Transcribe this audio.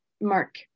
Mark